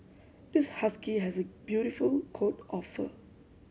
this husky has a beautiful coat of fur